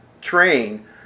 train